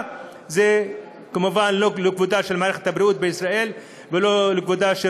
הוא כמובן לא לכבודה של מערכת הבריאות בישראל ולא לכבודן של